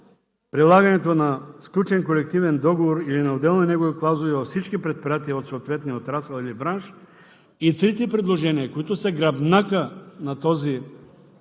прилагането на сключен колективен договор или на отделни негови клаузи във всички предприятия в съответния отрасъл или бранш, и трите предложения, които са гръбнака на този законопроект